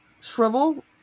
shrivel